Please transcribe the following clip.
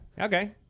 okay